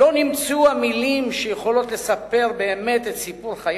לא נמצאו המלים שיכולות לספר באמת את סיפור חייך.